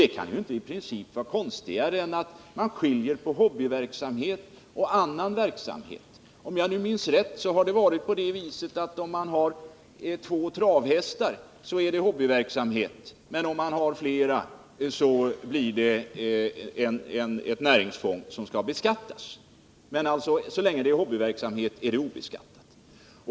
Det kan ju inte i princip vara konstigare än att man skiljer på hobbyverksamhet och annan verksamhet. Exempelvis är det så att om man har två travhästar är det hobbyverksamhet, men om man har flera så blir det ett näringsfång som skall beskattas. Så länge det är hobbyverksamhet är det alltså obeskattat.